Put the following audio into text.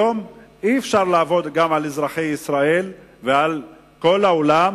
היום אי-אפשר לעבוד גם על אזרחי ישראל ועל כל העולם